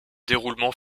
détournement